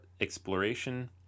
exploration